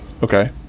Okay